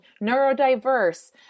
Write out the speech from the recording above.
neurodiverse